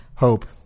hope